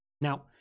Now